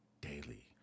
daily